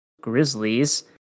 Grizzlies